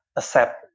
accept